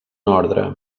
ordre